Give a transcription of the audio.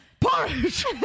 porridge